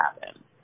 happen